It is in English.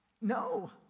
no